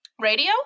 Radio